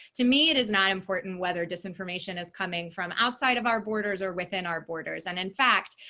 to me, it is not important whether disinformation is coming from outside of our borders or within our borders. and in fact,